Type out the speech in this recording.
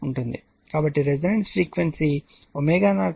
కాబట్టి resonance frequency ω0 వద్ద కరెంట్I1 12I0 అని వ్రాయవచ్చు